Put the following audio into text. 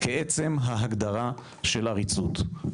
כעצם ההגדרה של עריצות.".